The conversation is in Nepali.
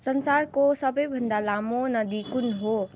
संसारको सबैभन्दा लामो नदी कुन हो